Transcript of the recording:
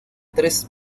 tres